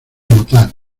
votar